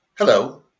Hello